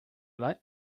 late